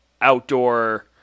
outdoor